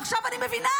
עכשיו אני מבינה,